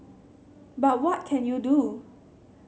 but what can you do